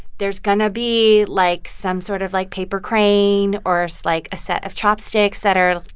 there's going to be, like, some sort of, like, paper crane or, so like, a set of chopsticks that are,